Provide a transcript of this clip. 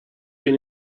been